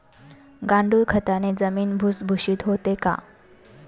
गांडूळ खताने जमीन भुसभुशीत होते का?